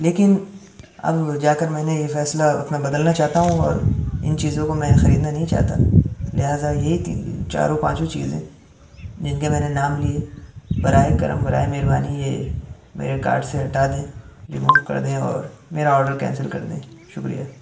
لیکن اب جا کر میں نے یہ فیصلہ اپنا بدلنا چاہتا ہوں اور ان چیزوں کو میں خریدنا نہیں چاہتا لہٰذا یہی تین چاروں پانچوں چیزیں جن کے میں نے نام لیے برائے کرم برائے مہربانی یہ میرے کارٹ سے ہٹا دیں ریمو کر دیں اور میرا آڈر کینسل کر دیں شکریہ